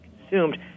consumed